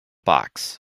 box